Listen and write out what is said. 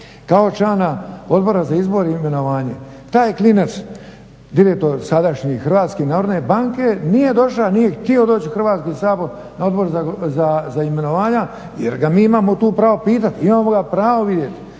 kao člana Odbora za izbor i imenovanje, taj klinac, direktor sadašnji HNB-a nije došao, nije htio doći u Hrvatski sabor na Odbor za imenovanja jer ga mi imamo tu pravu pitati, imamo ga pravo vidjeti,